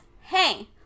Hey